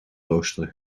rooster